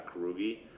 Karugi